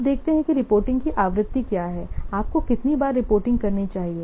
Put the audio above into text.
अब देखते हैं कि रिपोर्टिंग की आवृत्ति क्या है आपको कितनी बार रिपोर्टिंग करनी चाहिए